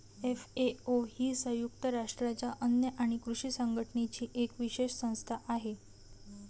FAO ही संयुक्त राष्ट्रांच्या अन्न आणि कृषी संघटनेची एक विशेष संस्था आहे